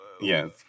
Yes